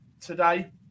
today